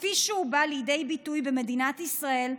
כפי שהוא בא לידי ביטוי במדינת ישראל,